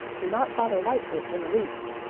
do not bother lightfoot in the least.